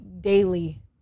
daily